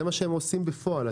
זה מה שהם עושים בפועל.